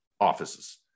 offices